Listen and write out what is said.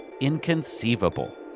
inconceivable